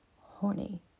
horny